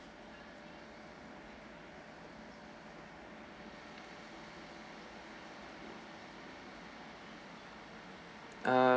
ah